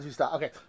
Okay